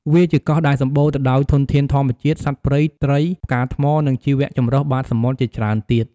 វាជាកោះដែលសម្បូរទៅដោយធនធានធម្មជាតិ សត្វព្រៃ ត្រី ផ្កាថ្ម និងជីវៈចម្រុះបាតសមុទ្រជាច្រើនទៀត។